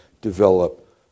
develop